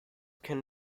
can